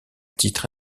titre